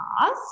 past